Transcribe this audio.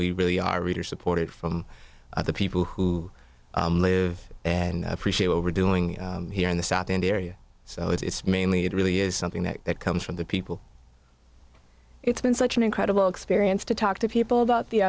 we really our readers supported from the people who live and appreciate what we're doing here in the south india area so it's mainly it really is something that comes from the people it's been such an incredible experience to talk to people about the